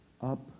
up